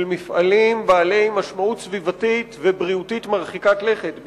מפעלים בעלי משמעות סביבתית ובריאותית מרחיקת לכת,